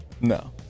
no